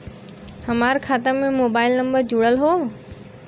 हमार खाता में मोबाइल नम्बर जुड़ल हो?